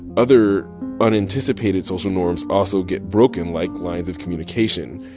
other unanticipated social norms also get broken, like lines of communication.